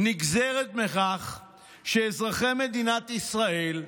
נגזרת של כך היא שאזרחי מדינת ישראל,